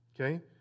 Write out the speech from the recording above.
Okay